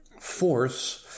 force